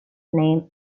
name